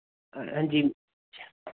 हां जी